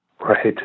Right